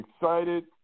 excited